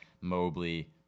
Mobley